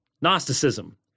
Gnosticism